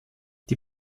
die